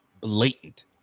blatant